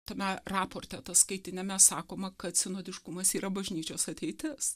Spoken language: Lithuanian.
tame raporte ataskaitiniame sakoma kad sinodiškumas yra bažnyčios ateitis